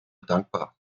dankbar